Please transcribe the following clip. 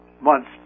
months